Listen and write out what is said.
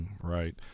Right